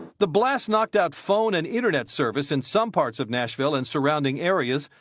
the blast knocked out phone and internet service in some parts of nashville and surrounding areas.